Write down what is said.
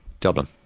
Dublin